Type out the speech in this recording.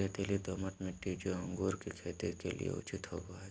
रेतीली, दोमट मिट्टी, जो अंगूर की खेती के लिए उचित होवो हइ